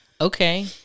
Okay